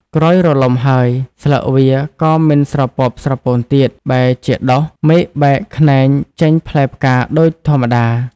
ក្រោយរលំហើយ ស្លឹកវាក៏មិនស្រពាប់ស្រពោនទៀត បែរជាដុះមែកបែកខ្នែងចេញផ្លែផ្កា ដូចធម្មតា ។